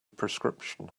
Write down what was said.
prescription